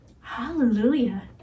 Hallelujah